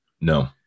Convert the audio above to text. No